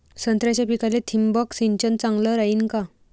संत्र्याच्या पिकाले थिंबक सिंचन चांगलं रायीन का?